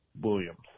Williams